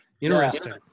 Interesting